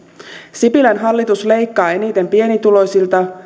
sipilän hallitus leikkaa eniten pienituloisilta